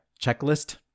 checklist